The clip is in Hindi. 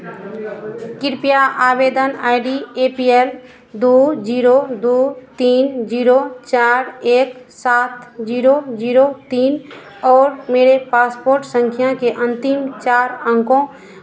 कृपया आवेदन आइ डी एपीएल दो जीरो दो तीन जीरो चार एक सात जीरो जीरो तीन और मेरे पासपोर्ट संख्या के अंतिम चार अंको